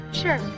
sure